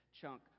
chunk